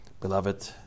Beloved